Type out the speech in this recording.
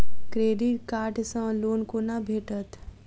Credit card सँ loan कोना भेटत?